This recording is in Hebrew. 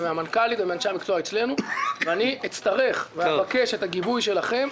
מהמנכ"לית ומאנשי המקצוע אצלנו ואני אצטרך ואבקש את הגיבוי שלכם.